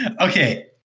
Okay